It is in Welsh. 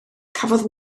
cafodd